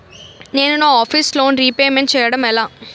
నేను నా office loan repayment చేయడం ఎలా?